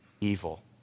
evil